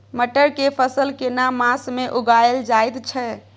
मटर के फसल केना मास में उगायल जायत छै?